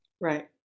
Right